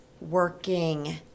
working